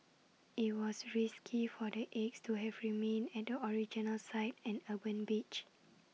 IT was risky for the eggs to have remained at the original site an urban beach